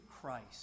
Christ